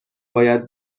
باید